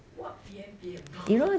what 扁扁 box